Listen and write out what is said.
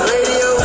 Radio